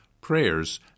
prayers